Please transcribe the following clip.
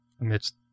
amidst